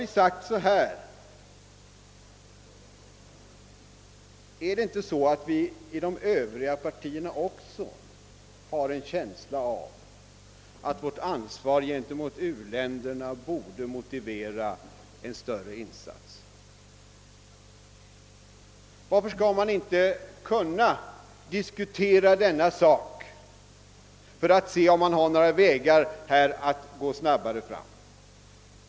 Vi har också frågat om det inte är så att man även inom Övriga partier har en känsla av att vårt ansvar gentemot u-länderna borde motivera en större insats. Varför skall vi inte kunna diskutera den frågan för att se om det finns några vägar på vilka vi kan gå snabbare fram?